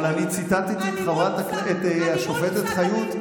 אבל אני ציטטתי את השופטת חיות.